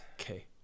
Okay